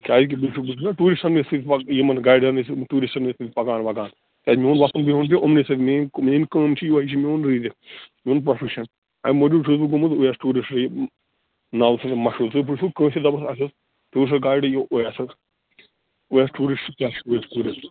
کیٛازِ کہِ بہٕ چھُس بہٕ چھُس نا ٹیٛوٗرسٹنٕے سۭتۍ یِمن گایڈنس ٹیٛوٗرسٹنٕے سۭتۍ پکان وَکان کیٛازِ میٛون وۅتھُن بِہُن چھُ یِمنٕے سۭتۍ میٲنۍ میٲنۍ کٲم چھِ یِہَے یہِ چھُ میٛون ریٖزق میٛون پرٛوفیشن اَمہِ موٗجوٗب چھُس بہٕ گوٚمُت اُوٗیس ٹیٛوٗرسٹٕے ناوٕ سۭتۍ مشہوٗر تُہۍ پرٕٛژھِو کٲنٛسہِ تہِ دوٚپُس اَسہِ اوس ٹیٛوٗرسٹہٕ گایڈ اوٗیسہٕ اوٗیس ٹیٛوٗرسٹہٕ کیٛاہ چھِ اوٗیس ٹیٛوٗرسٹ